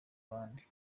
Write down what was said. abandi